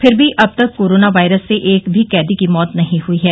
फिर भी अब तक कोरोना वायरस से एक भी कैदी की मौत नहीं हुई है